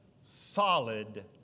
solid